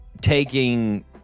taking